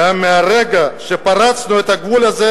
ומן הרגע שפרצנו את הגבול הזה,